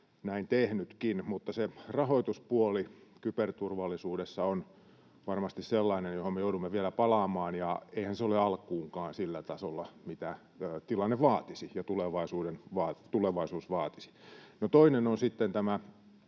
näin tehnytkin. Mutta se rahoituspuoli kyberturvallisuudessa on varmasti sellainen, johon me joudumme vielä palaamaan, ja eihän se ole alkuunkaan sillä tasolla, mitä tilanne vaatisi ja tulevaisuus vaatisi. Toinen on sitten tämä